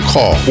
Call